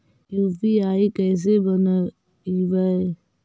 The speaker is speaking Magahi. यु.पी.आई कैसे बनइबै?